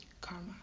Karma